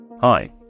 Hi